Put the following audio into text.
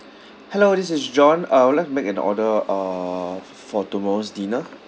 hello this is john uh I would like to make an order uh f~ for tomorrow's dinner